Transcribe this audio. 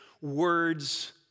words